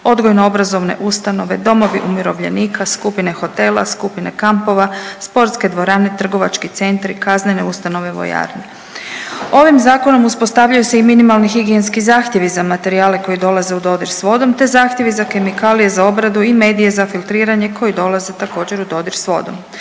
odgojno-obrazovne ustanove, domovi umirovljenika, skupine hotela, skupine kampova, sportske dvorane, trgovački centri, kaznene ustanove, vojarne. Ovim zakonom uspostavljaju se i minimalni higijenski zahtjevi za materijale koji dolaze u dodir s vodom te zahtjevi za kemikalije za obradu i medije za filtriranje koji dolaze također, u dodir s vodom.